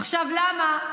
עכשיו, למה?